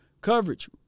Coverage